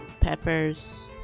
peppers